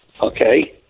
Okay